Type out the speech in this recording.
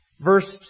Verse